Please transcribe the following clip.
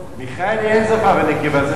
"מיכאלי", אין זכר או נקבה.